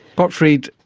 gottfried,